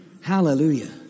Hallelujah